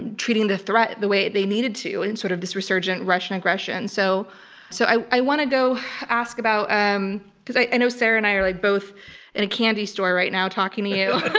and treating the threat the way they needed to, and sort of this resurgent russian aggression. so so i i want to go ask about um i know sarah and i are like both in a candy store right now talking to you,